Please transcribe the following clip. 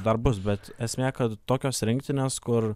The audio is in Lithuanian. dar bus bet esmė kad tokios rinktinės kur